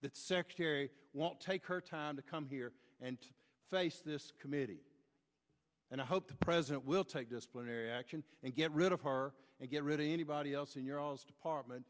that secretary won't take her time to come here and face this committee and i hope the president will take disciplinary action and get rid of her and get rid of anybody else in your all's department